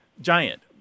Giant